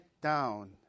down